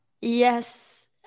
Yes